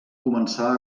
començar